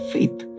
Faith